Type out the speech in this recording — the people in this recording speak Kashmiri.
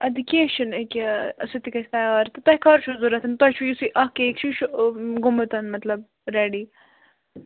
اَدٕ کیٚنٛہہ چھُنہٕ أکہِ سُہ تہِ گژھِ تَیار تہٕ تۄہہِ کَر چھُو ضروٗرت تۄہہِ چھُو یُس یہِ اَکھ کیک چھُ یہِ چھُ گوٚمُت مطلب ریٚڈی